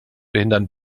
behindern